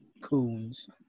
Coons